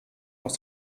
aus